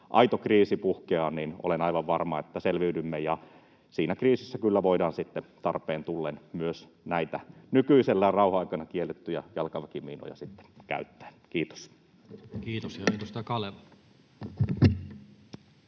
aito kriisi puhkeaa, niin olen aivan varma, että selviydymme ja siinä kriisissä kyllä voidaan sitten tarpeen tullen myös näitä nykyisellään rauhanaikana kiellettyjä jalkaväkimiinoja sitten käyttää. — Kiitos. Kiitos. — Ja